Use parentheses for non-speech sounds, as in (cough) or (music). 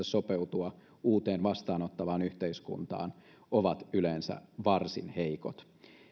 (unintelligible) sopeutua uuteen vastaanottavaan yhteiskuntaan ovat yleensä varsin heikot